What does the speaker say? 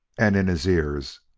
and, in his ears,